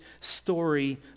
story